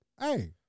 hey